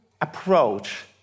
approach